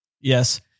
Yes